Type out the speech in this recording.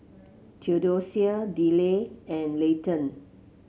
Theodosia Deliah and Layton